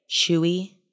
chewy